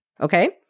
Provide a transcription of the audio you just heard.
okay